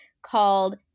called